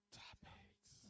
topics